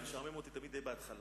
זה משעמם אותי תמיד, די בהתחלה.